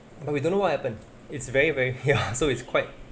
but we don't know what happen it's very very ya so it's quite